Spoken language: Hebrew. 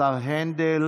אז קודם כול הוועדה דנה,